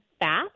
fast